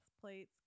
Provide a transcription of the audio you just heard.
plates